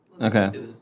Okay